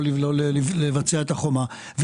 לא לבצע את החומה,